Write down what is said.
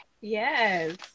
Yes